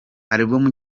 album